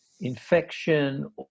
infection